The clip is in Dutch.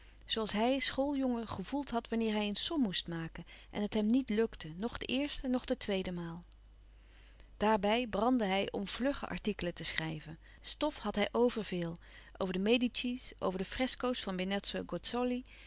hij schooljongen gevoeld had wanneer hij een som moest maken en het hem niet lukte noch de eerste noch de tweede maal daarbij brandde hij om vlugge artikelen te schrijven stof had hij overveel over de medici's over de fresco's van benozzo